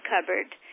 cupboard